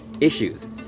issues